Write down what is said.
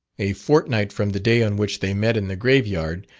a fortnight from the day on which they met in the grave-yard,